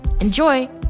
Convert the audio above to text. Enjoy